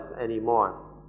anymore